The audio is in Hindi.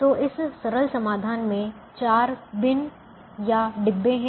तो इस सरल समाधान में 4 बिन डिब्बे हैं